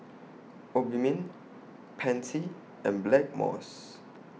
Obimin Pansy and Blackmores